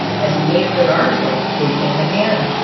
as he made a good article, they came again.